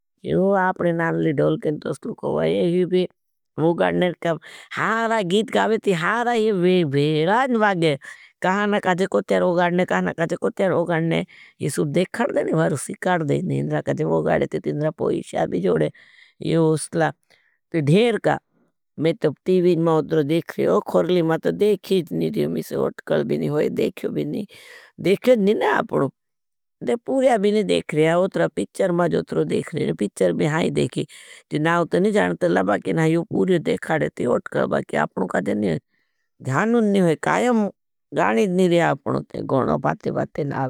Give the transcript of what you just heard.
यो आपने नानली ढोल कें तो स्लुखो वाई। यही भी वोगाणने का हारा गीत कावेती हारा ये वेराज बागे। कहाना काजे कोट्यार वोगाणने, कहाना काजे कोट्यार वोगाणने। ये सुझ देखार देने हैं बारुसी, कार देने हैं, काजे वोगाणने ते तीनरा पोईशा भी जोड़ें। ये उसला, तो धेर का, मैं तो टीविज मां उतरो देख रहा हूँ, कहरली मां तो देखीच नहीं रहा हूँ। मैं सुझ उठकल भी नहीं होई, देख्यो भी नहीं, देखेज नहीं ना आपनों, देख पूर्या भी नहीं देख रहा हूँ। उतरा पिच्चर मां हैं देखी, ती नाउत नहीं जानते लगा, कि नाउत पूर्या देखा रहे थी। उठकल बाकि, आपनों काजे नहीं, ध्यानों नहीं होई, कायम जाने देनी रहे आपनों ती, गुनों पाती पाती नाउत नहीं।